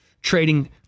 trading